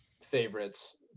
favorites